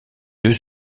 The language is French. deux